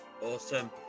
awesome